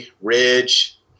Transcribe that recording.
Ridge